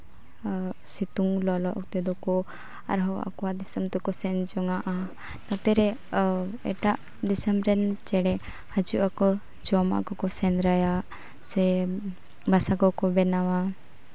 ᱥᱤᱛᱩᱝ ᱞᱚᱞᱚ ᱚᱠᱛᱮ ᱫᱚᱠᱚ ᱟᱨᱦᱚᱸ ᱟᱠᱚᱣᱟᱜ ᱫᱤᱥᱚᱢ ᱛᱮᱠᱚ ᱥᱮᱱ ᱡᱚᱱᱟᱜᱼᱟ ᱚᱱᱛᱮ ᱨᱮ ᱮᱴᱟᱜ ᱫᱤᱥᱚᱢ ᱨᱮᱱ ᱪᱮᱬᱮ ᱦᱤᱡᱩᱜ ᱟᱠᱚ ᱡᱚᱢᱟᱜ ᱠᱚᱠᱚ ᱥᱮᱸᱫᱽᱨᱟᱭᱟ ᱥᱮ ᱵᱟᱥᱟ ᱠᱚᱠᱚ ᱵᱮᱱᱟᱣᱟ